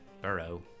burrow